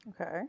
Okay